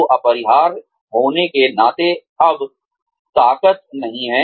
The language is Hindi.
तो अपरिहार्य होने के नाते अब ताकत नहीं है